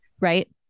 right